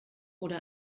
oder